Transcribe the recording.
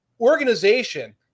organization